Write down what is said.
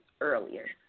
earlier